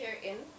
herein